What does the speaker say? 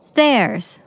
Stairs